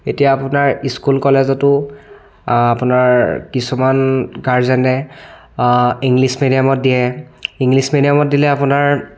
এতিয়া আপোনাৰ স্কুল কলেজতো আপোনাৰ কিছুমান গাৰ্জেনে ইংলিছ মিডিয়ামত দিয়ে ইংলিছ মিডিয়ামত দিলে আপোনাৰ